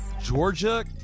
Georgia